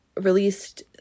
released